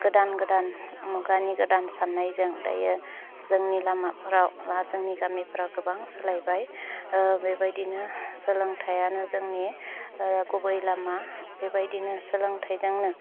गोदान गोदान मुगानि गोदान साननायजों दायो जोंनि लामाफोराव बा जोंनि गामिफोराव गोबां सोलायबाय बेबायदिनो सोलोंथायआनो जोंनि गुबै लामा बेबायदिनो सोलोंथायजोंनो